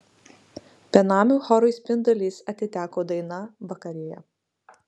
benamių chorui spindulys atiteko daina vakarėja